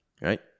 Right